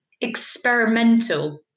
experimental